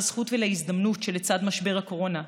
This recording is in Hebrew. לזכות ולהזדמנות שלצד משבר הקורונה,